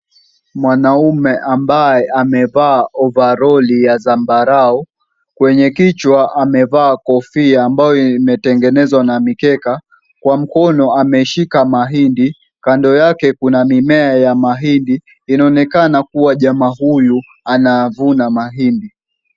Mwanamume ambaye amevaa ovaroli ya zambarau, kwenye kichwa amevaa kofia ambayo imetengenezwa na mikeka, kwa mkono ameshika mahindi, kando yake kuna mimea ya mahindi. Inaonekana kuwa jamaa huyu anavuna mahindi.